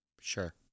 Sure